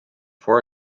for